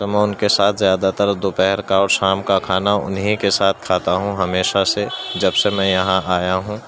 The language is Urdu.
تو میں ان کے ساتھ زیادہ تر دوپہر کا اور شام کا کھانا انہیں کے ساتھ کھاتا ہوں ہمیشہ سے جب سے میں یہاں آیا ہوں